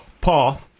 Paul